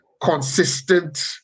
consistent